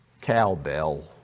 cowbell